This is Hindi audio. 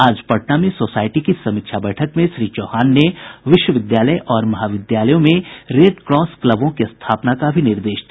आज पटना में सोसाइटी की समीक्षा बैठक में श्री चौहान ने विश्वविद्यालय और महाविद्यालयों में रेडक्रॉस क्लबों की स्थापना का भी निर्देश दिया